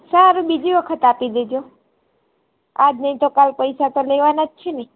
સારુ બીજી વખત આપી દે જો આજ નઈ તો કાલ પૈસા તો દેવાના જ છે ને